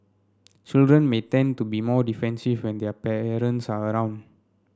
children may tend to be more defensive when their parents are around